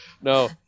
No